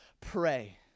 pray